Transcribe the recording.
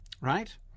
right